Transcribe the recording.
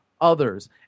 others